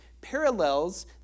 parallels